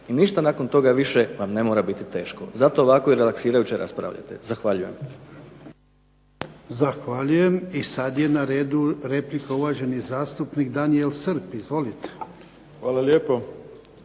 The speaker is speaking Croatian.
i ništa nakon toga vam ne mora biti teško, zato ovako relaksirajuće raspravljate. Zahvaljujem. **Jarnjak, Ivan (HDZ)** Zahvaljujem. I sada je na redu replika uvaženi zastupnik DAniel Srb. Izvolite. **Srb,